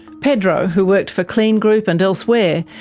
pedro, who worked for kleen group and elsewhere,